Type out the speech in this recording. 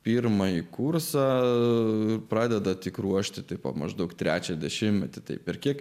pirmąjį kursą pradeda tik ruošti tai po maždaug trečią dešimtmetį tai per kiek